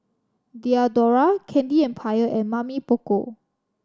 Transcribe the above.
Diadora Candy Empire and Mamy Poko